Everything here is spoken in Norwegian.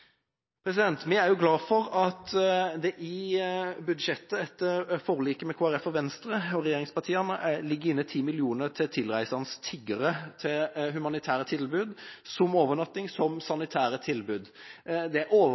Vi er også glad for at det i budsjettet etter forliket mellom Kristelig Folkeparti, Venstre og regjeringspartiene ligger inne 10 mill. kr til tilreisende tiggere til humanitære tilbud, som overnatting og sanitære tilbud. Det